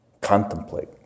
contemplate